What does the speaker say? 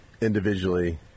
individually